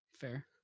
fair